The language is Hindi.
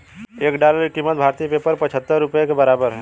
एक डॉलर की कीमत भारतीय पेपर पचहत्तर रुपए के बराबर है